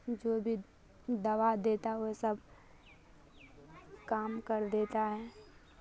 جو بھی دوا دیتا وہ سب کام کر دیتا ہے